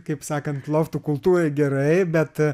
kaip sakant loftų kultūrai gerai bet